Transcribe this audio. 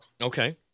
Okay